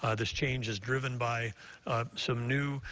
ah this change is driven by some new,